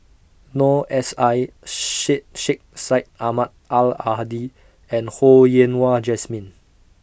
Noor S I Sheikh Sheikh Syed Ahmad Al Are Hadi and Ho Yen Wah Jesmine